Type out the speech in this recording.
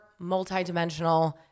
multidimensional